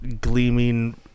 gleaming